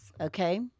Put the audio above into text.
okay